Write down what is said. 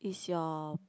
is your